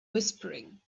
whispering